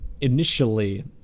initially